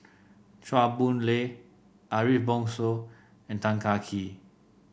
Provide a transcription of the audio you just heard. Chua Boon Lay Ariff Bongso and Tan Kah Kee